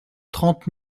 trente